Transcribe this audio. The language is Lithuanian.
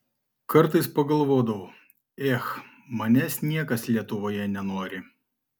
kartais pagalvodavau ech manęs niekas lietuvoje nenori